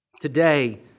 Today